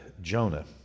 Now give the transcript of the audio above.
Jonah